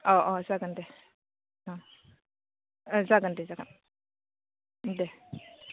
औ औ जागोन दे अ ओं जागोन दे जागोन दे